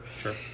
Sure